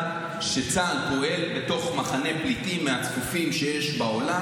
שצה"ל פועל בתוך מחנה פליטים מהצפופים שיש בעולם,